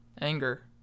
anger